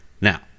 Now